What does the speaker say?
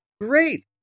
great